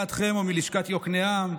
לליאת חמו מלשכת יקנעם.